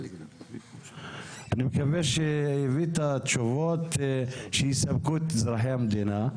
אני מקווה שהבאת תשובות שיספקו את אזרחי המדינה,